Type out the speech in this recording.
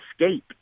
escape